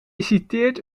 citeert